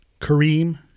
Kareem